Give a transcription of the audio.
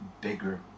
bigger